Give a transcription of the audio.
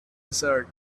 desert